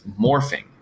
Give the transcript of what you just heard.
morphing